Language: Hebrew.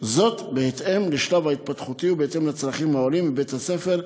בהתאם לשלב ההתפתחותי ובהתאם לצרכים העולים מבית-הספר.